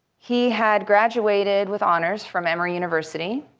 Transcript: he had graduated with honors from emory university